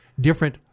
different